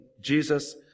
Jesus